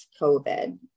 covid